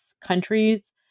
countries